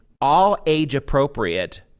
all-age-appropriate